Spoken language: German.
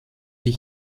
die